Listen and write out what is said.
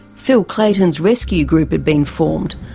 phil clayton's rescue group had been formed.